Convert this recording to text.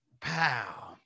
pow